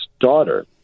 daughter